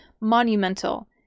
monumental